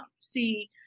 see